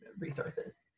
resources